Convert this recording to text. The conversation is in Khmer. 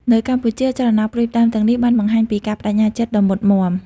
នៅកម្ពុជា ចលនាផ្តួចផ្តើមទាំងនេះបានបង្ហាញពីការប្តេជ្ញាចិត្តដ៏មុតមាំ។